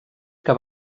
que